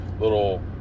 little